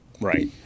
Right